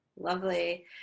lovely